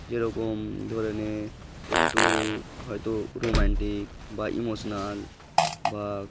যেরকম ধরে নে একটু হয়তো রোম্যান্টিক বা ইমোশনাল বা